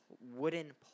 wooden